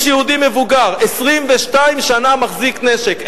יש יהודי מבוגר, 22 שנה מחזיק נשק.